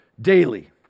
daily